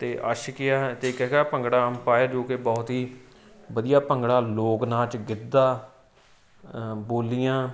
ਅਤੇ ਅਸ਼ਕੇ ਆ ਅਤੇ ਇੱਕ ਹੈਗਾ ਭੰਗੜਾ ਅੰਪਾਇਰ ਜੋ ਕਿ ਬਹੁਤ ਹੀ ਵਧੀਆ ਭੰਗੜਾ ਲੋਕ ਨਾਚ ਗਿੱਧਾ ਬੋਲੀਆਂ